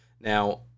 Now